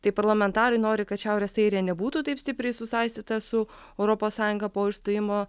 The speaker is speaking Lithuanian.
tai parlamentarai nori kad šiaurės airija nebūtų taip stipriai susaistyta su europos sąjunga po išstojimo